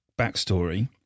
backstory